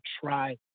try